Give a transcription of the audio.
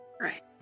Right